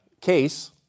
case